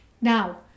now